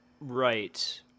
Right